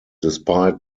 despite